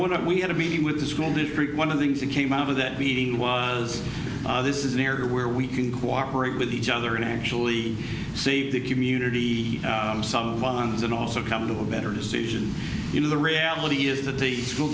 what we had a meeting with the school did one of the things that came out of that meeting was this is an area where we can cooperate with each other and actually save the community bonds and also come to a better decision in the reality is that the school